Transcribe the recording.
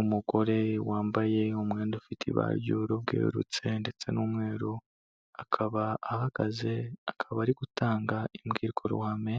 umugore wambaye umwenda ufite iba ry'ubururu bwerurutse ndetse n'umweru, akaba ahagaze akaba ari gutanga imbwirwarome,